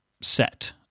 set